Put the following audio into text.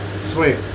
Sweet